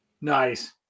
Nice